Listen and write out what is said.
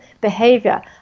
behavior